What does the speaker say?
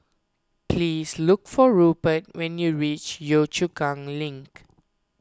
please look for Rupert when you reach Yio Chu Kang Link